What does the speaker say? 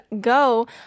go